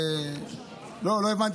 לא.